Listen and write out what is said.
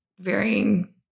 varying